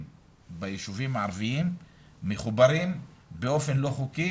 ביישובים הערביים מחוברים באופן לא חוקי,